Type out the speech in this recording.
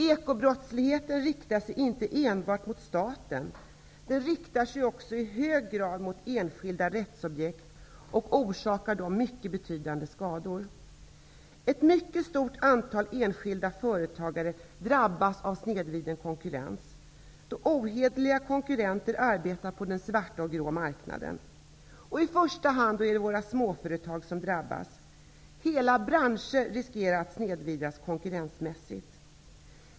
Ekobrottsligheten riktar sig inte enbart mot staten. Den riktar sig i hög grad också mot enskilda rättsobjekt och orsakar dem mycket betydande skador. Ett mycket stort antal enskilda företagare drabbas av snedvriden konkurrens då ohederliga konkurrenter arbetar på den svarta och grå marknaden. I första hand är det småföretagen som drabbas. Hela branscher riskerar att snedvridas konkurrensmässigt.